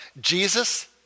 jesus